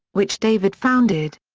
which david founded.